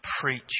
preach